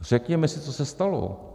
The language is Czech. Řekněme si, co se stalo.